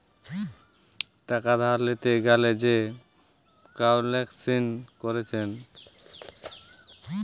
টাকা ধার লিতে গ্যালে যে কাউন্সেলিং কোরছে